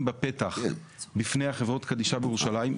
בפתח בפני חברות הקדישא בירושלים,